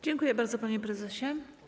Dziękuję bardzo, panie prezesie.